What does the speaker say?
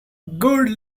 good